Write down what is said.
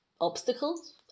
obstacles